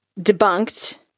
debunked